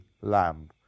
lamb